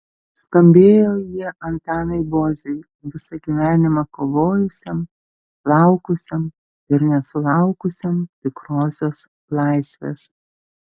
skambėjo jie antanui boziui visą gyvenimą kovojusiam laukusiam ir nesulaukusiam tikrosios laisvės